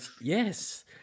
Yes